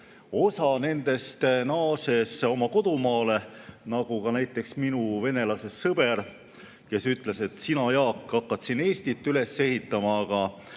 Osa nendest naasis oma kodumaale, nagu ka näiteks minu venelasest sõber, kes ütles mulle: "Sina, Jaak, hakkad siin Eestit üles ehitama, aga